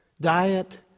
diet